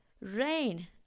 rain